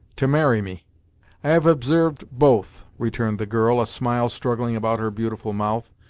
to marry me. i have observed both, returned the girl, a smile struggling about her beautiful mouth,